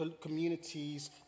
communities